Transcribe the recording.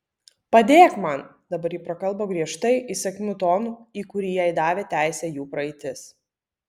padėk man dabar ji prakalbo griežtai įsakmiu tonu į kurį jai davė teisę jų praeitis